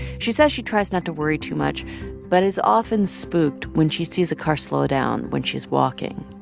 she says she tries not to worry too much but is often spooked when she sees a car slow down when she's walking